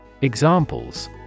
Examples